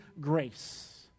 grace